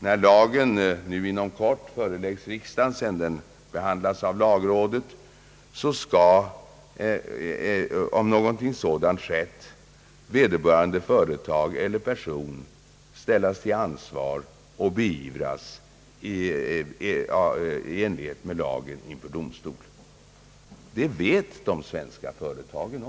När lagen antagits av riksdagen — den framläggs inom kort, sedan förslaget behandlats av lagrådet — blir vederbörande företag, om någonting sådant sker, ställt till ansvar inför domstol. Det vet också de svenska företagen.